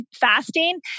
fasting